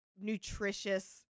nutritious